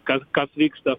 kas kas vyksta